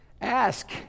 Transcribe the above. ask